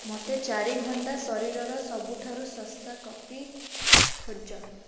ମୋତେ ଚାରି ଘଣ୍ଟା ଶରୀରର ସବୁଠାରୁ ଶସ୍ତା କପି ଖୋଜ